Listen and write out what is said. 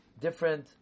different